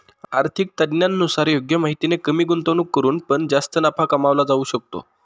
आर्थिक तज्ञांनुसार योग्य माहितीने कमी गुंतवणूक करून पण जास्त नफा कमवला जाऊ शकतो